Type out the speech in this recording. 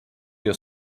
your